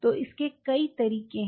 तो इसके कई तरीके हैं